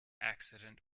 accident